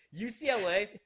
UCLA